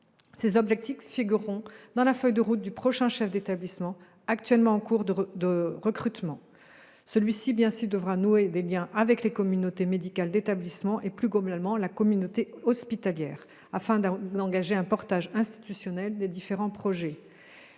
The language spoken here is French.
Ces objectifs figureront dans la feuille de route du prochain chef d'établissement, actuellement en cours de recrutement. Celui-ci devra aussi renouer des liens opérationnels avec la communauté médicale d'établissement et, plus globalement, la communauté hospitalière, afin d'engager un portage institutionnel des différents projets.